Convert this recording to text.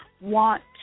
want